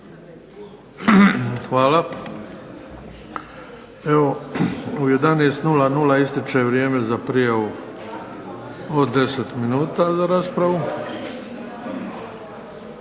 Hvala. Evo u 11,00 ističe vrijeme za prijavu od 10 minuta za raspravu.